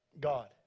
God